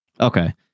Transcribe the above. Okay